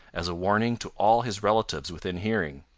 as a warning to all his relatives within hearing.